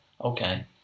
okay